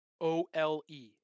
O-L-E